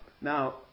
Now